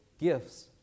gifts